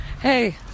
Hey